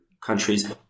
countries